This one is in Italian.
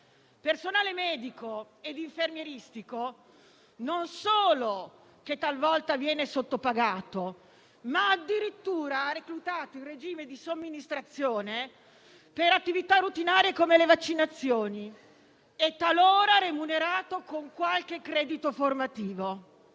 Personale medico e infermieristico che non solo talvolta viene sottopagato, ma reclutato addirittura in regime di somministrazione per attività routinarie come le vaccinazioni e talora remunerato con qualche credito formativo.